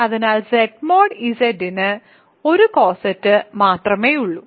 അതിനാൽ Z mod Z ന് 1 coset മാത്രമേയുള്ളൂ